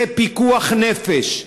זה פיקוח נפש.